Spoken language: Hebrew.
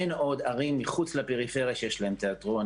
אין עוד ערים מחוץ לפריפריה שיש להם תיאטרון,